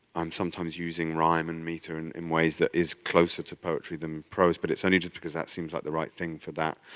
um using rhyme and meter and in ways that is closer to poetry than prose, but it's only just because that seems like the right thing for that.